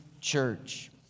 church